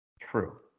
True